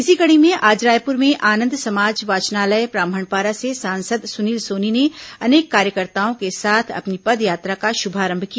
इसी कड़ी में आज रायपुर में आनंद समाज वाचनालय ब्राम्हण पारा से सांसद सुनील सोनी ने अनेक कार्यकर्ताओं के साथ अपनी पदयात्रा का शुभारंभ किया